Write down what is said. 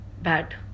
bad